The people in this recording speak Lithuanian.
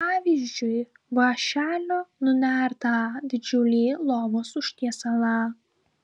pavyzdžiui vąšeliu nunertą didžiulį lovos užtiesalą